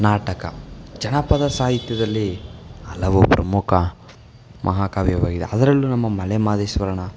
ನಾಟಕ ಜನಪದ ಸಾಹಿತ್ಯದಲ್ಲಿ ಹಲವು ಪ್ರಮುಖ ಮಹಾಕಾವ್ಯವಾಗಿದೆ ಅದರಲ್ಲೂ ನಮ್ಮ ಮಲೆ ಮಹಾದೇಶ್ವರನ